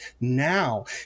now